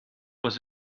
was